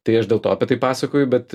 tai aš dėl to apie tai pasakoju bet